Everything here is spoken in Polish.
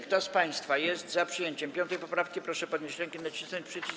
Kto z państwa jest za przyjęciem 5. poprawki, proszę podnieść rękę i nacisnąć przycisk.